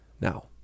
Now